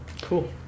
cool